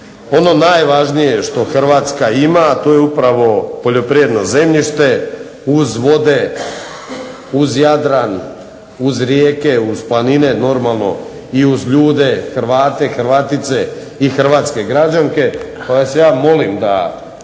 Ono najvažnije što Hrvatska ima, to je upravo poljoprivredno zemljište, uz vode, uz Jadran, uz rijeke, planine, i uz ljude Hrvate i Hrvatice i Hrvatske građanke,